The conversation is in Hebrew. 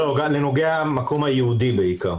בנוגע למקום הייעודי בעיקר.